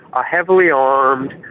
are heavily armed,